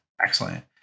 excellent